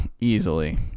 easily